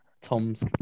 Tom's